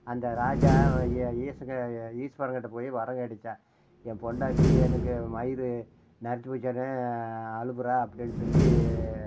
அந்த ராஜா வ ஏன் ஈஸ்வரன் கிட்ட போய் வரம் கேட்டுச்சாம் என் பொண்டாட்டி எனக்கு மயிர் நரைச்சி போய்ச்சுன்னு அழுபுறா அப்படினு சொல்லி